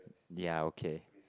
ya ok